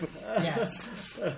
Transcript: Yes